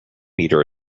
meter